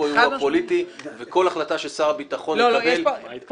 אירוע פוליטי וכל החלטה ששר הביטחון יקבל --- לא מפלגתי,